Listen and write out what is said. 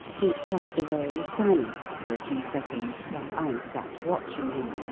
he puffed away in silence for a few seconds, while i sat watching him.